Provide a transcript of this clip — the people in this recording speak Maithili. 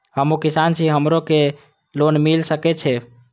हमू किसान छी हमरो के लोन मिल सके छे?